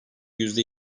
yüzde